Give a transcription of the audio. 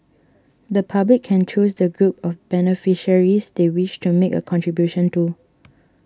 the public can choose the group of beneficiaries they wish to make a contribution to